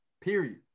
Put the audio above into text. Period